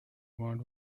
want